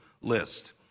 list